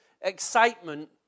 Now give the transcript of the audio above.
excitement